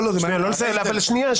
שנייה,